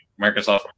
Microsoft